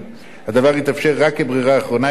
הדבר יתאפשר רק כברירה אחרונה אם בית-המשפט